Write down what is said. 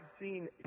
seen